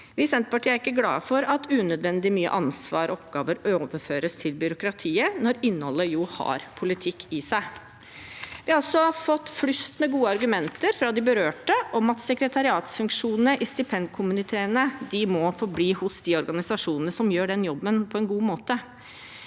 Vi i Senterpartiet er ikke glad for at unødvendig mye ansvar og oppgaver overføres til byråkratiet når innholdet har politikk i seg. Vi har også fått flust med gode argumenter fra de berørte om at sekretariatsfunksjonene i stipendkomiteene må forbli hos de organisasjonene som gjør den jobben på en god måte.